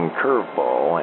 curveball